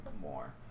more